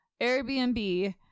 Airbnb